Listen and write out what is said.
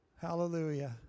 Hallelujah